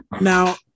Now